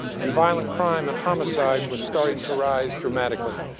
and violent crime and homicide was starting to rise dramatically.